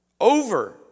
over